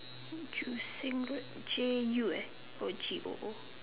Joo-Seng J U oh G O O